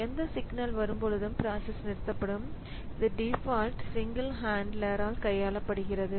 எந்த சிக்னல் வரும்போது பிராசஸ் நிறுத்தப்படும் இது டிஃபால்ட் சிங்கிள் ஹன்ட்லர்ரால் கையாளப்படுகிறது